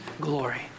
glory